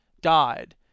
died